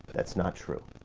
that's not true.